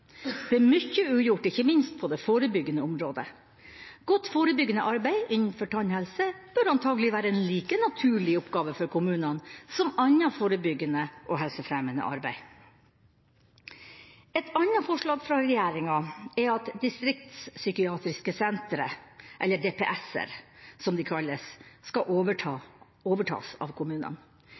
Det er mye ugjort ikke minst på det forebyggende området. Godt forebyggende arbeid innenfor tannhelse bør antagelig være en like naturlig oppgave for kommunene som annet forebyggende og helsefremmende arbeid. Et annet forslag fra regjeringa er at distriktspsykiatriske sentre, eller DPS-er som de kalles, skal overtas av kommunene.